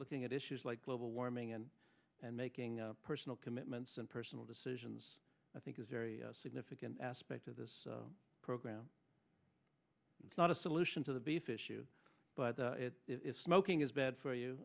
looking at issues like global warming and and making personal commitments and personal decisions i think is very significant aspect of this program it's not a solution to the beef issue but smoking is bad for you